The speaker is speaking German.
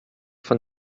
von